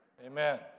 Amen